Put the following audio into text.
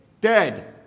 Dead